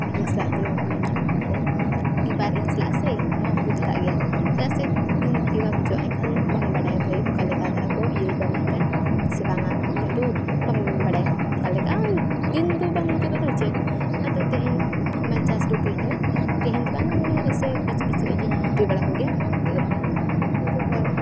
ᱤᱧ ᱥᱟᱞᱟᱜ ᱛᱮᱢᱟ ᱦᱩᱭᱱᱟ ᱱᱚᱣᱟ ᱠᱚ ᱟᱹᱰᱤ ᱵᱟᱨ ᱤᱧ ᱥᱟᱞᱟᱜ ᱥᱮ ᱱᱚᱣᱟ ᱦᱩᱭ ᱫᱷᱟᱨᱟᱜ ᱜᱮᱭᱟ ᱪᱮᱫᱟᱜ ᱥᱮ ᱫᱤᱱ ᱜᱩᱯᱤ ᱵᱟᱢ ᱦᱤᱡᱩᱜᱼᱟ ᱮᱱᱠᱷᱟᱱ ᱵᱟᱢ ᱵᱟᱲᱟᱭᱟ ᱵᱷᱟᱹᱭ ᱚᱠᱟ ᱞᱮᱠᱟ ᱫᱷᱚᱨᱟ ᱠᱚ ᱤᱭᱟᱹ ᱠᱚᱣᱟ ᱢᱮᱱᱛᱮ ᱥᱮ ᱵᱟᱝᱟ ᱩᱱᱟᱹᱜ ᱫᱚ ᱵᱟᱢ ᱵᱟᱲᱟᱭᱟ ᱚᱠᱟ ᱞᱮᱠᱟ ᱫᱤᱱ ᱫᱚ ᱵᱟᱢ ᱜᱩᱯᱤ ᱠᱚᱫᱚ ᱪᱮᱫ ᱟᱫᱚ ᱛᱮᱦᱮᱧ ᱵᱟᱭᱪᱟᱱᱥ ᱨᱮ ᱜᱩᱯᱤᱧ ᱦᱮᱡᱼᱮᱱᱟ ᱛᱮᱦᱮᱧ ᱫᱚ ᱵᱟᱝ ᱢᱟᱱᱮ ᱮᱭᱥᱮ ᱵᱤᱪᱼᱵᱤᱪ ᱨᱮᱜᱮᱧ ᱜᱩᱯᱤ ᱵᱟᱲᱟ ᱠᱚᱜᱮᱭᱟ ᱵᱟᱝ ᱢᱮᱱᱛᱫ ᱫᱚ ᱵᱟᱝ ᱟᱫᱚ